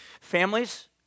Families